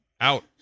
Out